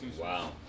Wow